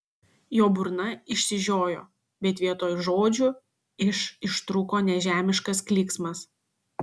jo burna išsižiojo bet vietoj žodžių iš ištrūko nežemiškas klyksmas